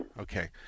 Okay